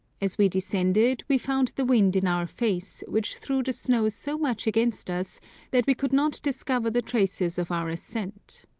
as we descended we found the wind in our face, which threw the snow so much against us that we could not discover the traces of our ascent.